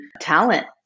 talent